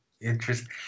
Interesting